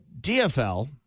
DFL